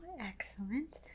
Excellent